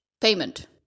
payment